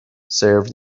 serve